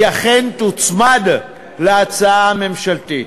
שהיא אכן תוצמד להצעה הממשלתית,